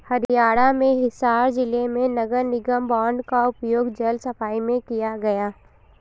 हरियाणा में हिसार जिले में नगर निगम बॉन्ड का उपयोग जल सफाई में किया गया